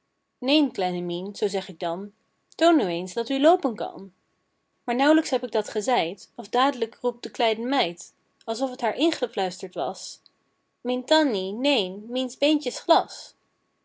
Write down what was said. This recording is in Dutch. neen kleine mien zoo zeg ik dan toon nu eens dat u loopen kan maar nauw'lijks heb ik dat gezeid of daad'lijk roept de kleine meid alsof t haar ingefluisterd was mien tan nie neen miens beentjes glas